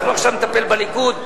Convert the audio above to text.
אנחנו עכשיו נטפל בליכוד.